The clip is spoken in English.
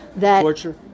Torture